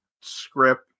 script